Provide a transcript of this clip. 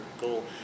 goal